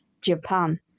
Japan